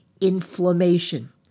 inflammation